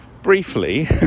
Briefly